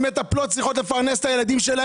המטפלות צריכות לפרנס את הילדים שלהן